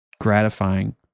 gratifying